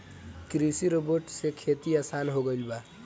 कृषि रोबोट से खेती आसान हो गइल बा